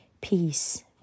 Peace